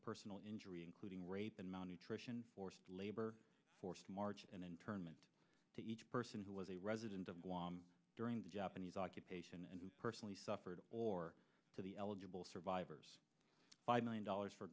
personal injury including rape in mount attrition forced labor forced march and internment to each person who was a resident of guam during the japanese occupation and who personally suffered or to the eligible survivors five million dollars for